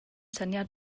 syniad